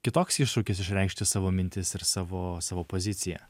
kitoks iššūkis išreikšti savo mintis ir savo savo poziciją